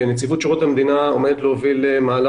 נציבות שירות המדינה עומדת להוביל מהלך